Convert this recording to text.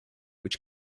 which